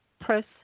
press